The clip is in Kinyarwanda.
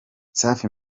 safi